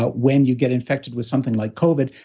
but when you get infected with something like covid,